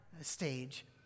stage